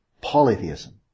polytheism